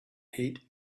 heat